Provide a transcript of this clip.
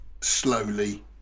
slowly